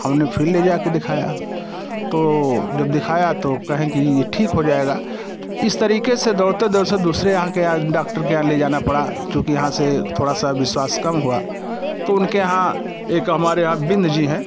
हमने फ़िर ले जा कर दिखाया तो जब दिखाया तो कहें कि ये ठीक हो जाएगा इस तरीके से दौड़ते दर से दूसरे यहाँ के आ डाक्टर के यहाँ ले जाना पड़ा चूँकि यहाँ से थोड़ा सा विश्वास कम हुआ तो उनके यहाँ एक हमारे यहाँ बिंद जी हैं